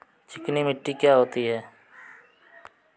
चिकनी मिट्टी क्या होती है?